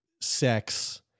sex